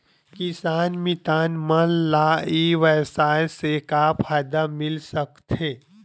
किसान मितान मन ला ई व्यवसाय से का फ़ायदा मिल सकथे?